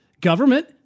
government